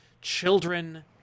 children